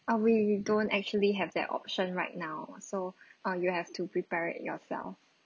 err we don't actually have that option right now so uh you have to prepare it yourself